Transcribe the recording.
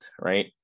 right